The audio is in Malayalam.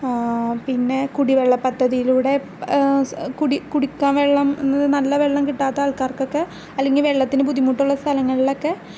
പിന്നെ കുടിവെള്ള പദ്ധതിയിലൂടെ കുടി കുടിക്കാൻ വെള്ളം എന്നത് നല്ല വെള്ളം കിട്ടാത്ത ആൾക്കാർക്ക് ഒക്കെ അല്ലെങ്കിൽ വെള്ളത്തിനു ബുദ്ധിമുട്ടുള്ള സ്ഥലങ്ങളിലൊക്കെ